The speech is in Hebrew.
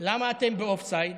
למה אתם באופסייד?